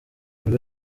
buri